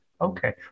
Okay